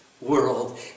world